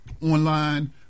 online